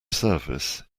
service